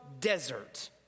desert